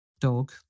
dog